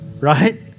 Right